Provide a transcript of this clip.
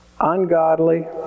ungodly